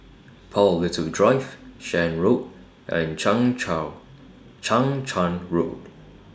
Paul Little Drive Shan Road and Chang Charn Road